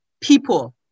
people